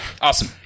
Awesome